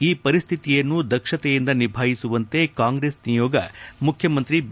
ಈ ಪರಿಸ್ಟಿತಿಯನ್ನು ದಕ್ಷತೆಯಿಂದ ನಿಭಾಯಿಸುವಂತೆ ಕಾಂಗ್ರೆಸ್ ನಿಯೋಗ ಮುಖ್ಯಮಂತ್ರಿ ಬಿ